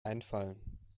einfallen